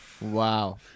Wow